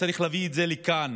צריך להביא את זה לכאן.